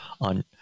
on